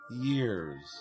years